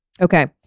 Okay